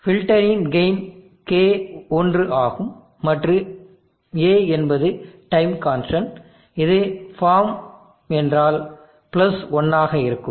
ஃபில்டரின் gain K ஒன்று ஆகும் மற்றும் a என்பது டைம் கான்ஸ்டன்ட் இது ஃபார்ம் ஒன்றால் 1 ஆக இருக்கும்